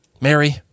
Mary